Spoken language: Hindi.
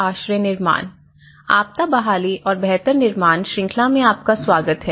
आपदा बहाली और बेहतर निर्माण श्रृंखला में आपका स्वागत है